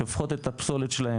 שופכות את הפסולת שלהן,